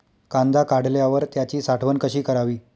कांदा काढल्यावर त्याची साठवण कशी करावी?